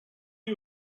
you